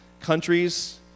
countries